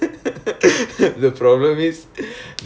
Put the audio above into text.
so what do you